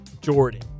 Jordan